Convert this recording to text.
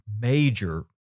major